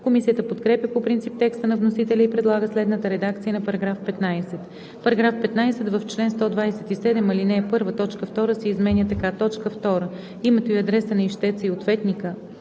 Комисията подкрепя по принцип текста на вносителя и предлага следната редакция на § 15: „§ 15. В чл. 127, ал. 1 т. 2 се изменя така: „2. името и адреса на ищеца и ответника,